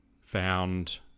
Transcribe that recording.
found